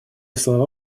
слова